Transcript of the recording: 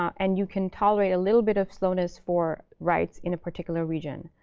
and you can tolerate a little bit of slowness for writes in a particular region.